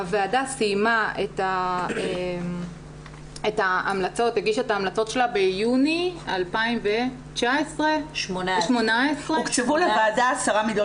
הוועדה הגישה את ההמלצות שלה ביוני 2018. הוקצבו לוועדה 10 מיליון